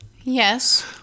Yes